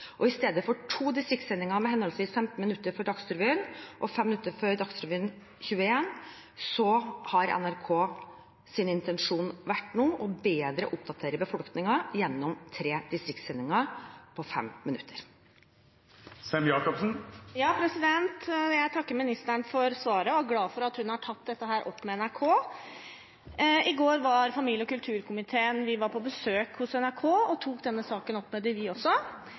I stedet for to distriktssendinger med henholdsvis 15 minutter før Dagsrevyen og 5 minutter før Dagsrevyen 21 har NRKs intensjon nå vært å oppdatere befolkningen bedre gjennom tre distriktssendinger på 5 minutter. Jeg takker statsråden for svaret og er glad for at hun har tatt dette opp med NRK. I går var familie- og kulturkomiteen på besøk hos NRK og tok også denne saken opp med